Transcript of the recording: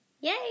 Yay